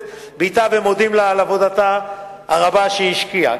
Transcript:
בתה ומודים לה על העבודה הרבה שהשקיעה.